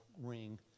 ring